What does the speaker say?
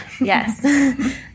Yes